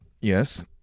Yes